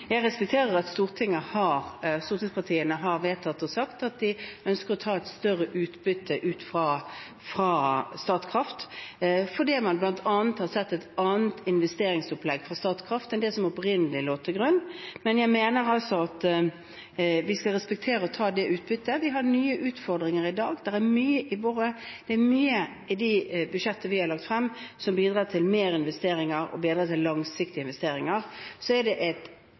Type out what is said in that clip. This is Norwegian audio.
Jeg respekterer at stortingspartiene har vedtatt og sagt at de ønsker å ta et større utbytte fra Statkraft, fordi man bl.a. har sett et annet investeringsopplegg fra Statkraft enn det som opprinnelig lå til grunn. Men jeg mener altså at vi skal respektere og ta det utbyttet. Vi har nye utfordringer i dag. Det er mye i det budsjettet vi har lagt frem, som bidrar til mer investeringer og bidrar til langsiktige investeringer. Så er det et